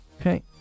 Okay